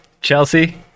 Chelsea